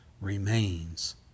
remains